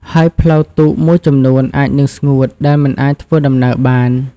ហើយផ្លូវទូកមួយចំនួនអាចនឹងស្ងួតដែលមិនអាចធ្វើដំណើរបាន។